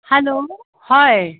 hello হয়